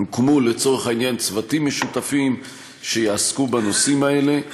הוקמו לצורך העניין צוותים משותפים שיעסקו בנושאים האלה.